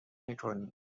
میکنی